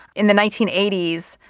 in the nineteen eighty s,